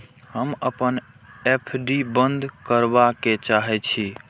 हम अपन एफ.डी बंद करबा के चाहे छी